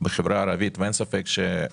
בחברה הערבית ואין ספק שיש